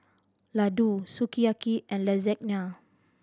Ladoo Sukiyaki and Lasagne